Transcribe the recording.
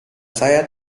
saya